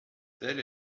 tel